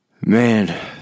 Man